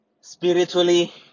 spiritually